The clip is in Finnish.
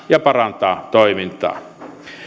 ja parantaa toimintaa